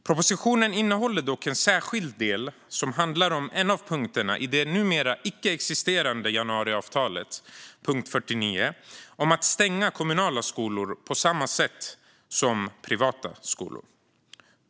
Propositionen innehåller dock en särskild del som handlar om en av punkterna i det numera icke-existerande januariavtalet, punkt 49, om att kunna stänga kommunala skolor på samma sätt som privata skolor.